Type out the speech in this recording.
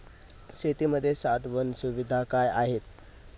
शेतीमध्ये साठवण सुविधा काय आहेत?